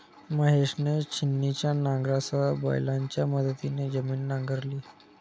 महेशने छिन्नीच्या नांगरासह बैलांच्या मदतीने जमीन नांगरली